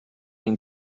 den